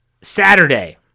Saturday